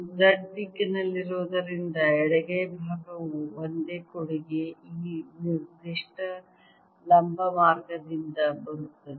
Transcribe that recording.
z ದಿಕ್ಕಿನಲ್ಲಿರುವುದರಿಂದ ಎಡಗೈ ಭಾಗವು ಒಂದೇ ಕೊಡುಗೆ ಈ ನಿರ್ದಿಷ್ಟ ಲಂಬ ಮಾರ್ಗದಿಂದ ಬರುತ್ತದೆ